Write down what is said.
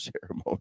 ceremony